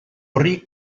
horri